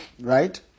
right